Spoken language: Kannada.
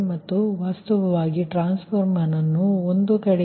ಮತ್ತು ವಾಸ್ತವವಾಗಿ ಇದು ಟ್ರಾನ್ಸ್ಫಾರ್ಮರ್ನ ಒಂದು ಕಡೆ ಸರಿ